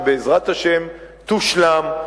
שבעזרת השם תושלם,